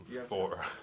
Four